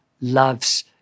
loves